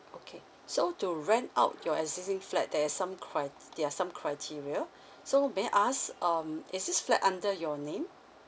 okay so to rent out your existing flat there is some crit~ there are some criteria so may I ask um is this flat under your name